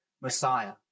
Messiah